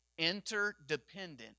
interdependent